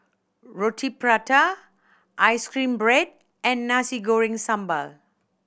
Roti Prata ice cream bread and Nasi Goreng Sambal